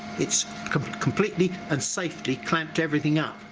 it's covered completely and safely clamped everything up,